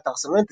באתר סלונט,